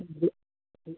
sir ji है